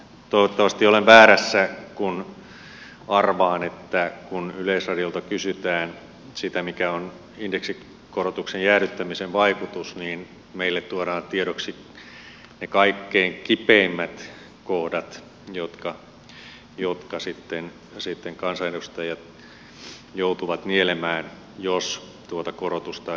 toivottavasti olen väärässä kun arvaan että kun yleisradiolta kysytään sitä mikä on indeksikorotuksen jäädyttämisen vaikutus niin meille tuodaan tiedoksi ne kaikkein kipeimmät kohdat jotka sitten kansanedustajat joutuvat nielemään jos tuota korotusta ei tehdä